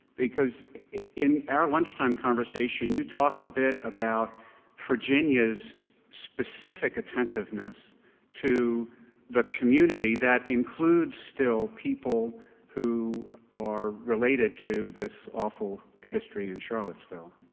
because in our lunchtime conversation, you talked a bit about virginia's specific attentiveness to the community that includes still people who are related to this awful history in charlottesville.